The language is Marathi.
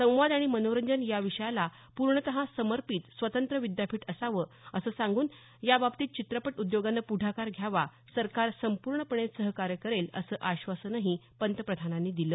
संवाद आणि मनोरंजन या विषयाला पूर्णत समर्पित स्वतंत्र विद्यापीठ असावं असं सांगून याबाबतीत चित्रपट उद्योगाने प्ढाकार घ्यावा सरकार संपूर्णपणे सहकार्य करेल असं आश्वासन पंतप्रधानांनी दिलं